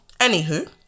Anywho